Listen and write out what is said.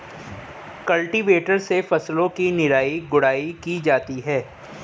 cultivator से फसलों की निराई गुड़ाई की जाती है